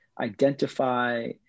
identify